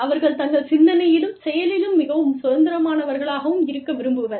அவர்கள் தங்கள் சிந்தனையிலும் செயலிலும் மிகவும் சுதந்திரமானவர்களாகவும் இருக்க விரும்புவர்